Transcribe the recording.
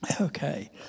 Okay